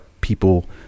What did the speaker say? people